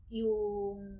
yung